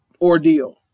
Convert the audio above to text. ordeal